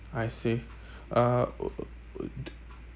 I see uh wou~ wou~ wou~